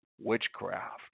witchcraft